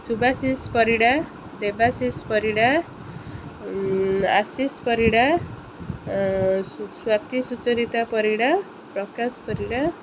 Subashish Parida Debashish Parida Ashish Parida Swatisucharita Parida Prakash Parida